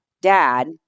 dad